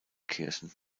kirchen